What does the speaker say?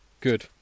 Good